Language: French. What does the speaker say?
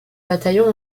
bataillon